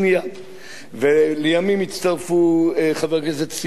ולימים הצטרפו חבר הכנסת דניאל דנון